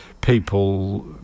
people